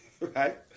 right